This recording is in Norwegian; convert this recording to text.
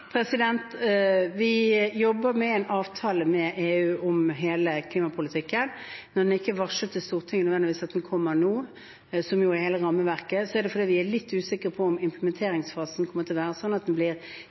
Vi jobber med en avtale med EU om hele klimapolitikken. Når det ikke er varslet til Stortinget at den nødvendigvis kommer nå – som jo er hele rammeverket – er det fordi vi er litt usikre på implementeringsfasen, om